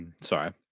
sorry